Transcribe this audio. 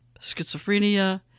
schizophrenia